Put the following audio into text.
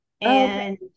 and-